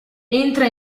entra